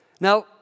Now